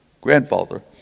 grandfather